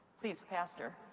please, pastor.